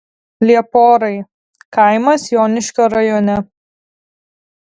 lieporai kaimas joniškio rajone